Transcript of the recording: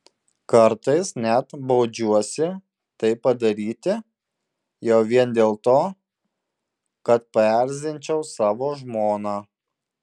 kartais net baudžiuosi tai padaryti jau vien dėl to kad paerzinčiau savo žmoną